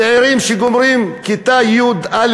צעירים שגומרים כיתה י"א,